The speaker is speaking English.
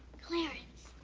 clarence,